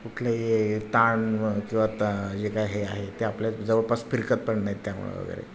कुठलेही ताण किंवा ता जे काय हे आहे ते आपल्या जवळपास फिरकत पण नाहीत त्यामुळे वगैरे